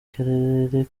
karere